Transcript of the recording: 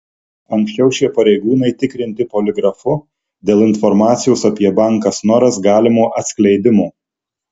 anksčiau šie pareigūnai tikrinti poligrafu dėl informacijos apie banką snoras galimo atskleidimo